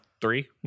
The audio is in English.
three